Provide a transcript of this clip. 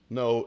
no